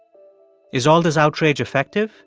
is all this outrage effective?